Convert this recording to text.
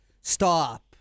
stop